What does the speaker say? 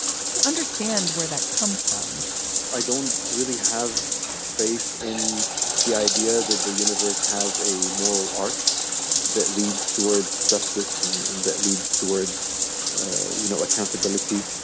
you can understand where that comes from i don't really have faith in the idea that the universe has a moral arc that leads towards justice. and and that leads towards no accountability.